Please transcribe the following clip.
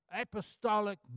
apostolic